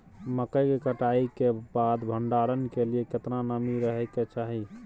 मकई के कटाई के बाद भंडारन के लिए केतना नमी रहै के चाही?